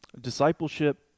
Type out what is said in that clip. Discipleship